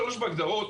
בהגדרות,